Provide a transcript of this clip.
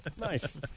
Nice